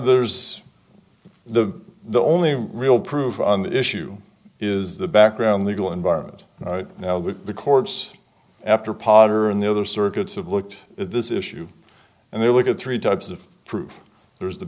there's the the only real proof on that issue is the background legal environment right now that the courts after potter and the other circuits have looked at this issue and they look at three types of proof there's the